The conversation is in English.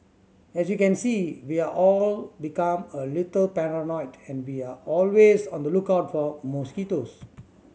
as you can see we're all become a little paranoid and we're always on the lookout for mosquitoes